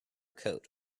coat